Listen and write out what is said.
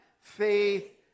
Faith